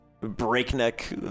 breakneck